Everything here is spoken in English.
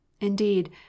Indeed